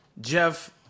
Jeff